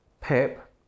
Pep